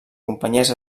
companyies